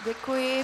Děkuji.